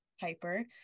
Piper